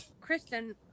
Kristen